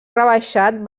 rebaixat